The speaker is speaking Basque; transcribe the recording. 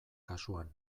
kasuan